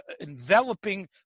enveloping